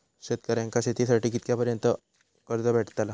शेतकऱ्यांका शेतीसाठी कितक्या पर्यंत कर्ज भेटताला?